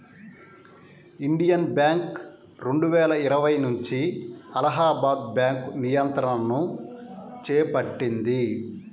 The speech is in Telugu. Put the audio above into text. ఇండియన్ బ్యాంక్ రెండువేల ఇరవై నుంచి అలహాబాద్ బ్యాంకు నియంత్రణను చేపట్టింది